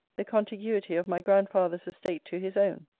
the contiguity of my grandfather's estate to his own.